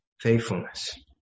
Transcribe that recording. faithfulness